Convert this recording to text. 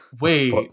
Wait